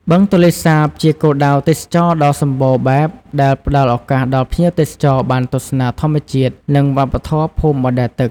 បឹងទន្លេសាបជាគោលដៅទេសចរដ៏សម្បូរបែបដែលផ្តល់ឱកាសដល់ភ្ញៀវទេសចរបានទស្សនាធម្មជាតិ និងវប្បធម៌ភូមិបណ្ដែតទឹក។